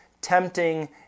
tempting